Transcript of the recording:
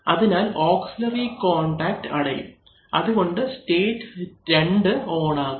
അതിനാൽ auxiliary contact അടയും അതുകൊണ്ട് സ്റ്റേറ്റ് 2 ഓൺ ആകും